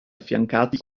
affiancati